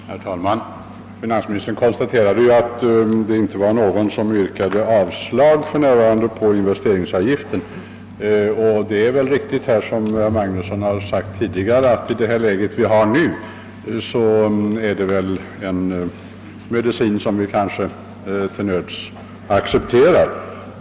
Herr talman! Finansministern konstaterade att det för närvarande inte var någon som yrkade avslag på investeringsavgiften. Det är väl riktigt, såsom herr Magnusson i Borås har sagt här tidigare, att det i det läge vi nu har är en medicin som vi till nöds accepterar.